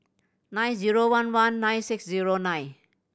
nine zero one one nine six zero nine